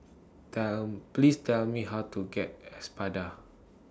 Tell Please Tell Me How to get Espada